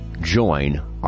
join